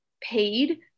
paid